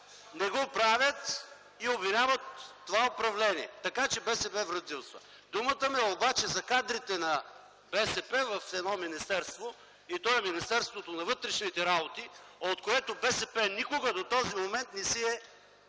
Не го правят и обвиняват това управление. Така че БСП вредителства. Думата ми обаче е за кадрите на БСП в едно министерство. Това е Министерството на вътрешните работи, от което БСП никога до този момент не си е